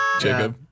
Jacob